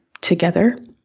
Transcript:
together